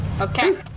okay